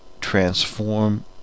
transform